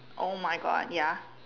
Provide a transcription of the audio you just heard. oh my God ya